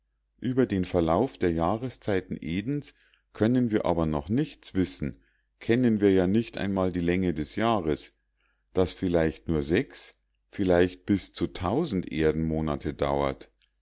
über den verlauf der jahreszeiten edens können wir aber noch nichts wissen kennen wir ja nicht einmal die länge des jahrs das vielleicht nur sechs vielleicht bis zu tausend erdenmonate dauert